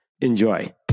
Enjoy